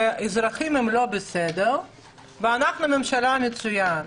שהאזרחים לא בסדר ואנחנו הממשלה מצוינים.